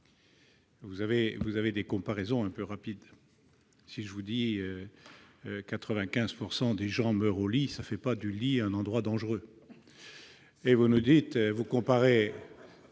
vous avez des comparaisons un peu rapides. Si je vous dis que 95 % des gens meurent au lit, cela ne fait pas du lit un endroit dangereux. Vous comparez